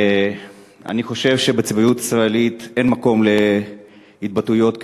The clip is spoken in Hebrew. אני חושב שבציבוריות הישראלית אין מקום להתבטאויות כאלה.